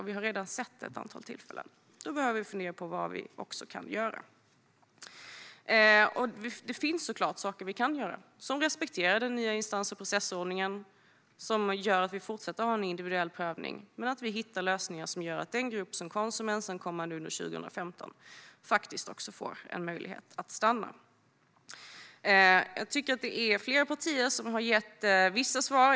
Vi har redan sett detta vid ett antal tillfällen. Vi behöver då fundera på vad vi kan göra. Det finns självklart saker som vi kan göra som samtidigt respekterar den nya instans och processordningen och som gör att vi även i fortsättningen har en individuell prövning. Men vi måste hitta lösningar som gör att den grupp som kom som ensamkommande under 2015 också får en möjlighet att stanna. Flera partier har gett vissa svar.